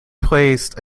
placed